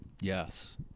Yes